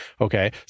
okay